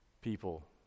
people